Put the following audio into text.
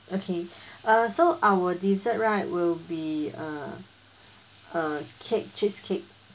okay uh so our dessert right will be uh uh cake cheesecake